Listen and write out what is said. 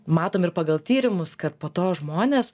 matom ir pagal tyrimus kad po to žmonės